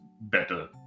better